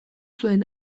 zuen